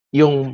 yung